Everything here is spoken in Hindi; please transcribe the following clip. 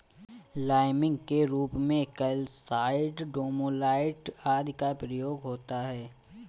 लाइमिंग के रूप में कैल्साइट, डोमालाइट आदि का प्रयोग होता है